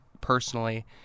personally